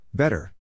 Better